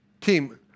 Team